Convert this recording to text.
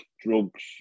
drugs